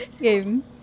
Game